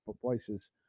places